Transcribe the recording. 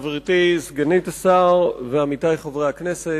גברתי סגנית השר ועמיתי חברי הכנסת,